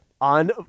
On